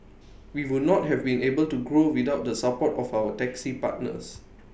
we would not have been able to grow without the support of our taxi partners